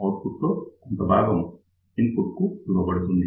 out put లో కొంత భాగం ఇన్పుట్ కు ఇవ్వబడింది